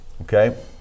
okay